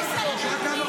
אנחנו יושבים באותה